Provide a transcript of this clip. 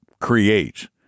create